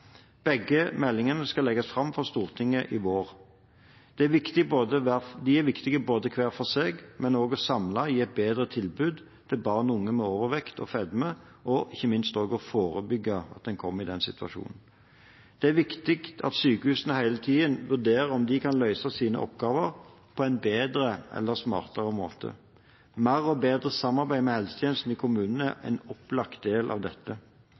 Begge meldingene skal legges fram for Stortinget i vår. De er viktige både hver for seg og samlet for å gi et bedre tilbud til barn og unge med overvekt og fedme og ikke minst for å forebygge at en kommer i den situasjonen. Det er viktig at sykehusene hele tiden vurderer om de kan løse sine oppgaver på en bedre eller smartere måte. Mer og bedre samarbeid med helsetjenesten i kommunene er en opplagt del av dette.